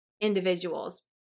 individuals